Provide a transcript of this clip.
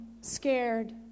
scared